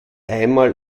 einmal